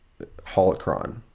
holocron